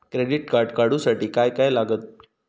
Credit card काढूसाठी काय काय लागत?